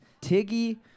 Tiggy